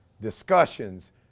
discussions